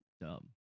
dumb